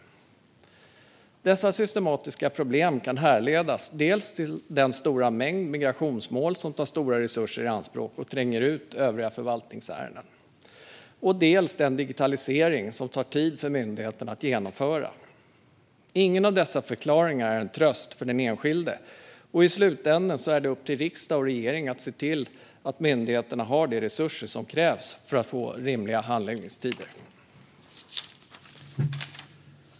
Dessa systematiska problem kan härledas dels till den stora mängd migrationsmål som tar stora resurser i anspråk och tränger ut övriga förvaltningsärenden, dels till digitaliseringen som tar tid för myndigheten att genomföra. Ingen av dessa förklaringar är en tröst för den enskilde. I slutändan är det upp till riksdag och regering att se till att myndigheterna har de resurser som krävs för att få rimliga handläggningstider.